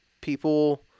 People